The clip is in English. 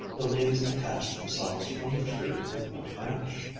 the leaves detached themselves from the tree with no wrench.